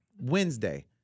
Wednesday